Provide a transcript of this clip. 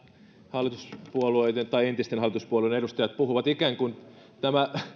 hallituspuolueiden tai entisten hallituspuolueiden edustajat puhuvat ikään kuin